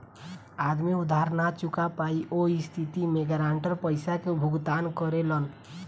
आदमी उधार ना चूका पायी ओह स्थिति में गारंटर पइसा के भुगतान करेलन